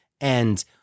And-